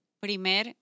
Primer